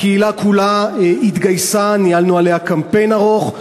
הקהילה כולה התגייסה, וניהלנו עליה קמפיין ארוך.